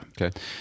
Okay